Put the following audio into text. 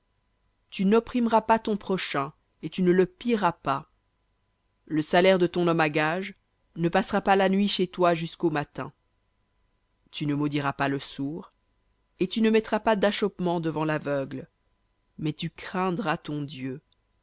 tu n'opprimeras pas ton prochain et tu ne le pilleras pas le salaire de ton homme à gages ne passera pas la nuit chez toi jusqu'au matin tu ne maudiras pas le sourd et tu ne mettras pas d'achoppement devant l'aveugle mais tu craindras ton dieu